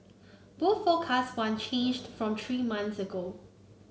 both forecasts one changed from three months ago